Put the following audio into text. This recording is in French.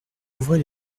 ouvrez